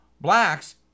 blacks